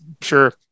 sure